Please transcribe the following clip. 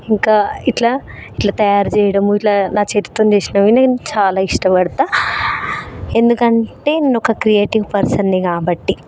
ఇంకా ఇట్లా ఇట్లా తయారు చేయడము ఇట్ల నా చేతితోని చేసినవి నేను చాలా ఇష్టపడతాను ఎందుకంటే నేనొక క్రియేటివ్ పర్సన్ని కాబట్టి